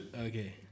okay